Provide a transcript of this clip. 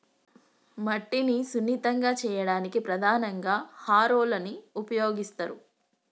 మట్టిని సున్నితంగా చేయడానికి ప్రధానంగా హారోలని ఉపయోగిస్తరు